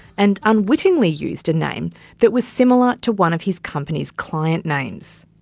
and unwittingly used a name that was similar to one of his company's client names.